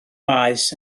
maes